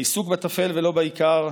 העיסוק בטפל ולא בעיקר,